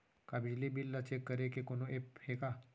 का बिजली बिल ल चेक करे के कोनो ऐप्प हे का?